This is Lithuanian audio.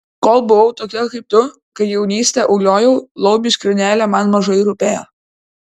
kol buvau tokia kaip tu kai jaunystę uliojau laumių skrynelė man mažai rūpėjo